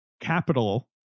capital